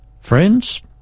friends